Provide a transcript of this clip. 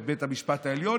את בית המשפט העליון.